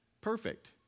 perfect